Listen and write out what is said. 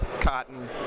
cotton